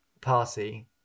party